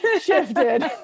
shifted